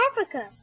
Africa